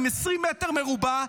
20 מטר מרובע,